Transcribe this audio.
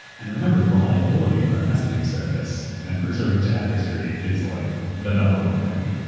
and remember, reliability for a messaging service and preserving chat history is like the number one thing.